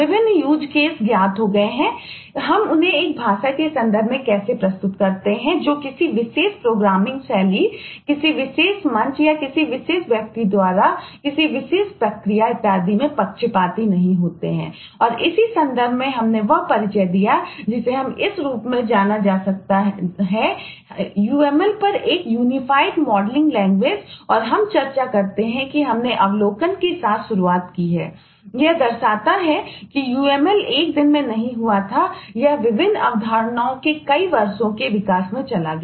विभिन्न use case और हम चर्चा करते हैं कि हमने अवलोकन के साथ शुरुआत की है यह दर्शाता है कि uml एक दिन में नहीं हुआ था यह विभिन्न अवधारणाओं के कई वर्षों के विकास में चला गया